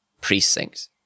precinct